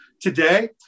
today